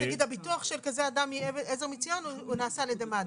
והביטוח של כזה אדם מעזר מציון נעשה על ידי מד"א.